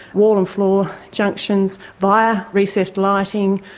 wall and floor junctions, via recessed lighting,